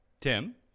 Tim